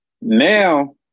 Now